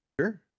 Sure